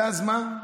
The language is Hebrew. ואז מה?